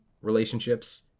relationships